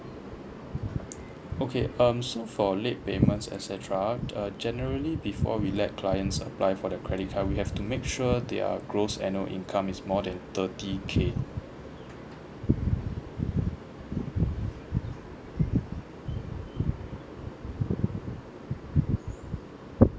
okay um so for late payments et cetera uh generally before we let clients apply for their credit card we have to make sure their gross annual income is more than thirty K